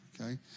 okay